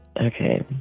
Okay